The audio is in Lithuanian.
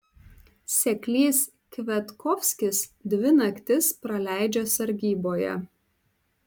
seklys kviatkovskis dvi naktis praleidžia sargyboje